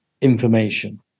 information